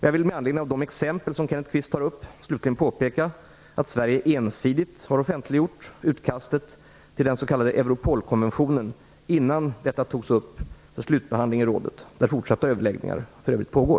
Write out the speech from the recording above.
Jag vill med anledning av de exempel som Kenneth Kvist tar upp slutligen påpeka att Sverige ensidigt har offentliggjort utkastet till den s.k. Europolkonventionen innan detta togs upp för slutbehandling i rådet, där fortsatta överläggningar för övrigt pågår.